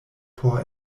por